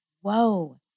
whoa